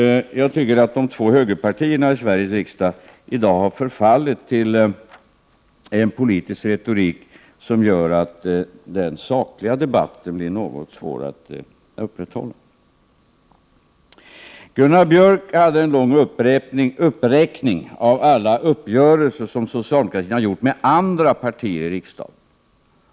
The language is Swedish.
Jag tycker att de två högerpartierna i Sveriges riksdag i dag har förfallit till en politisk retorik som gör att den sakliga debatten blir något svår att upprätthålla. Gunnar Björk gjorde en lång uppräkning av alla uppgörelser som socialdemokratin har träffat med andra partier i riksdagen.